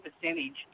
percentage